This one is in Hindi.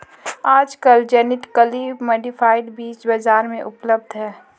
आजकल जेनेटिकली मॉडिफाइड बीज बाजार में उपलब्ध है